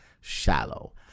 shallow